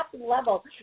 level